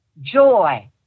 joy